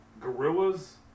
gorillas